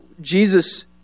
Jesus